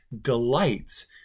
delights